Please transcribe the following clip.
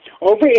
Over